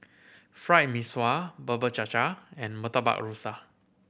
Fried Mee Sua Bubur Cha Cha and Murtabak Rusa